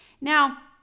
Now